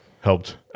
helped